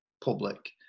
public